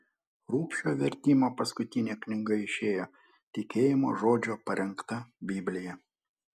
rubšio vertimo paskutinė knyga išėjo tikėjimo žodžio parengta biblija